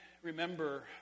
Remember